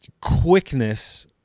quickness